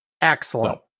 Excellent